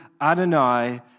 Adonai